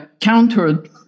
countered